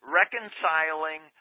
reconciling